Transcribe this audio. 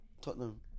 Tottenham